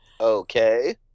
Okay